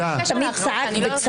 ירים את ידו.